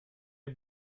est